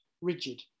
rigid